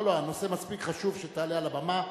לא, לא, הנושא מספיק חשוב שתעלה על הבמה.